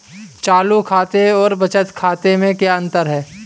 चालू खाते और बचत खाते में क्या अंतर है?